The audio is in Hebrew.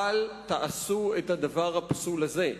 אל תעשו את הדבר הפסול הזה.